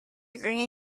degree